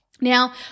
Now